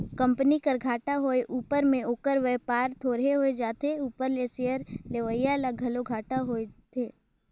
company कर घाटा होए उपर में ओकर बयपार थोरहें होए उपर में सेयर लेवईया ल घलो घाटा होथे